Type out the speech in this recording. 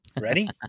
ready